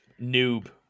Noob